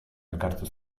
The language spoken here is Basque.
elkartu